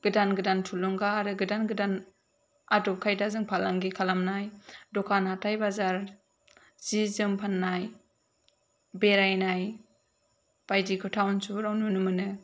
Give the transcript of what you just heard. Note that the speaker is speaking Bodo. गोदान गोदान थुलुंगा आरो गोदान गोदान आदब खायदाजों फालांगि खालामनाय दखान हाथाइ बाजार जि जोम फाननाय बेरायनाय बायदिखौ टाउन सहराव नुनो मोनो